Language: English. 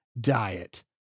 diet